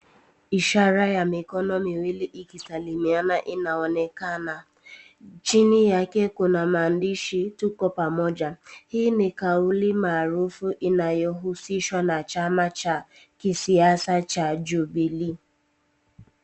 Ishara ya mikono miwili ikisalimiana inaonekana. Chini yake kuna maandishi tuko pamoja. Hii ni kauli maarufu inayohusishwa na chama cha kisiasa cha jubilee.